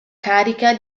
carica